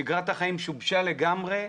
שגרת החיים שובשה לגמרי,